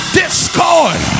discord